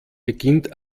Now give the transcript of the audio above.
beginnt